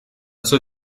zur